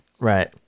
Right